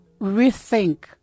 rethink